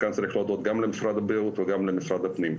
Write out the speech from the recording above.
צריך להודות גם למשרד הבריאות וגם למשרד הפנים.